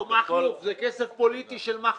באיזה רשויות מקומיות זה לא בוצע?